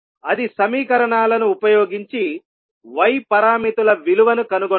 అది సమీకరణాలను ఉపయోగించి y పారామితుల విలువను కనుగొన్నట్టు